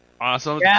Awesome